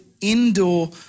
indoor